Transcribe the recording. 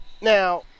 Now